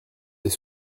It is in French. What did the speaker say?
les